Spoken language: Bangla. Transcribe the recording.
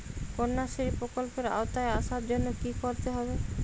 কন্যাশ্রী প্রকল্পের আওতায় আসার জন্য কী করতে হবে?